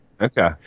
Okay